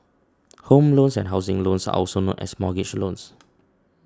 home loans and housing loans are also known as mortgage loans